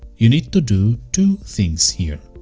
you need to do two things here